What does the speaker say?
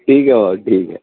ठीक आहे भाऊ ठीक आहे